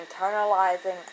internalizing